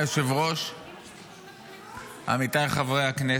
גם שראש הממשלה מבקש